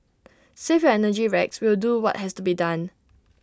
save your energy Rex we'll do what has to be done